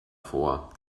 vor